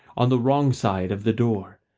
on the wrong side of the door,